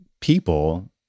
people